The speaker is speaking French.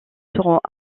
seront